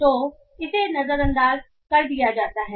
तो इसे नजरअंदाज कर दिया जाता है